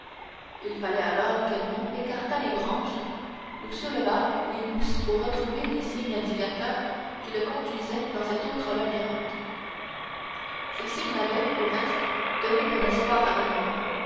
il fallait alors qu'edmond écartât les branches ou soulevât les mousses pour retrouver les signes indicateurs qui le conduisaient dans cet autre labyrinthe ces signes avaient au reste donné bon espoir